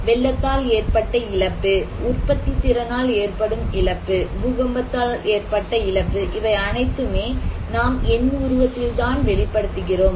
வெள்ளத்தால் ஏற்பட்ட இழப்பு உற்பத்தி திறனால் ஏற்படும் இழப்பு பூகம்பத்தால் ஏற்பட்ட இழப்பு இவை அனைத்துமே நாம் எண் உருவத்தில் தான் வெளிப்படுத்துகிறோம்